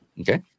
Okay